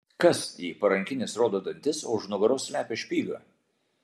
kas jei parankinis rodo dantis o už nugaros slepia špygą